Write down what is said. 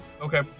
Okay